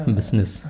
business